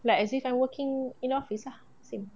like as in I'm working in office ah same